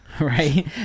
Right